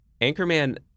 Anchorman